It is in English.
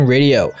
Radio